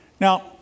Now